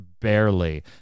barely